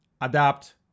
adapt